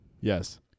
Yes